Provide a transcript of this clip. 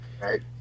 Right